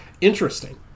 interesting